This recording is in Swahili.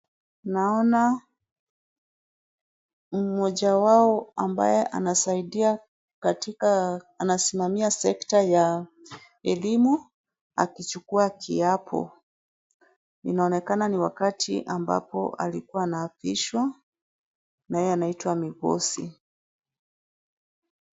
Naona mmoja wao ambaye anasaidia katika, anasimamia sekta ya elimu akichukua kiapo. Inaonekana ni wakati ambapo alikuwa anaapishwa na yeye anaitwa Migosi.